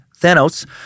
Thanos